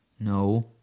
No